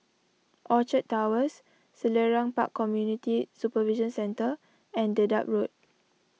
Orchard Towers Selarang Park Community Supervision Centre and Dedap Road